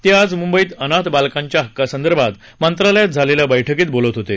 ते आज मुंबईत अनाथ बालकांच्या हक्कांसंदर्भात मंत्रालयात झालेल्या बक्कीत बोलत होते